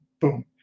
Boom